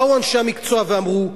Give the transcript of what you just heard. באו אנשי המקצוע ואמרו: